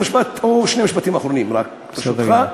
שני משפטים אחרונים רק, ברשותך.